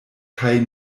kaj